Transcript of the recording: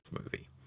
movie